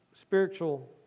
spiritual